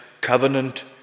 covenant